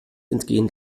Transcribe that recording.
entgehen